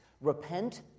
repent